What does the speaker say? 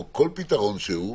או כל פתרון אחר.